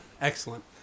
Excellent